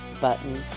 button